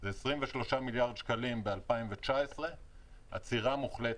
מ-23 מיליארד שקלים ב-2019 עד לעצירה מוחלטת.